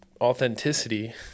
authenticity